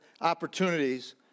opportunities